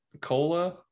Cola